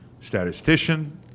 statistician